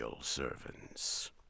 servants